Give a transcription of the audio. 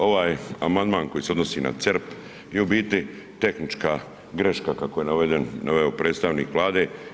Ovaj amandman koji se odnosi na CERP je u biti tehnička greška kako je naveden, naveo predstavnik Vlade.